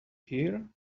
here